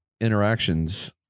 interactions